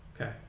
Okay